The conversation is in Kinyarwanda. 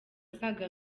asaga